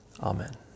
Amen